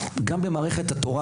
גם בתורה,